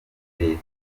reta